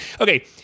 Okay